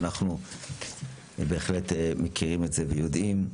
ואנחנו בהחלט מכירים את זה ויודעים.